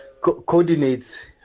coordinates